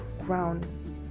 ground